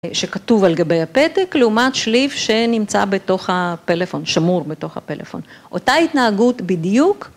שכתוב על גבי הפתק, לעומת שליף שנמצא בתוך הפלאפון, שמור בתוך הפלאפון. אותה התנהגות בדיוק.